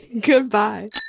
Goodbye